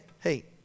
hey